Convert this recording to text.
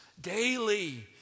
daily